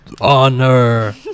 honor